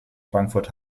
frankfurt